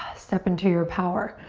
step into your power.